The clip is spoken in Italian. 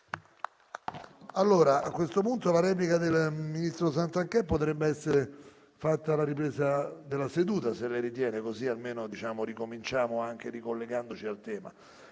Colleghi, a questo punto la replica del ministro Santanchè potrebbe essere fatta alla ripresa della seduta, se lei ritiene, così almeno ricominciamo ricollegandoci al tema.